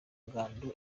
ngando